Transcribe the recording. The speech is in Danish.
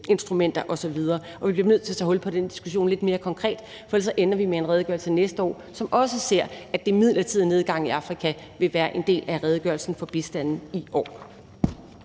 osv. Vi bliver nødt til at tage hul på den diskussion lidt mere konkret, for ellers ender vi næste år med en redegørelse, hvor vi også ser, at den midlertidige nedgang i bistanden til Afrika vil være en del af redegørelsen om bistanden i år.